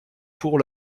pour